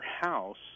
house